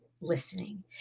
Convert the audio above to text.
listening